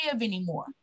anymore